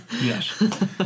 Yes